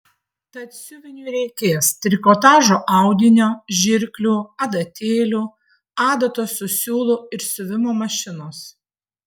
tad siuviniui reikės trikotažo audinio žirklių adatėlių adatos su siūlu ir siuvimo mašinos